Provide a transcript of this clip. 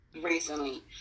recently